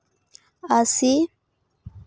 ᱟᱥᱤ